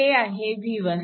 हे आहे v1